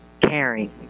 caring